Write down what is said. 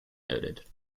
noted